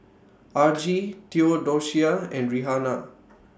Argie Theodocia and Rihanna